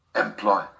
employ